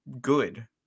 good